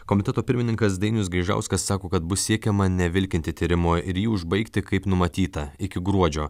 komiteto pirmininkas dainius gaižauskas sako kad bus siekiama nevilkinti tyrimo ir jį užbaigti kaip numatyta iki gruodžio